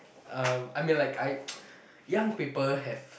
uh I mean like I young people have